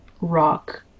rock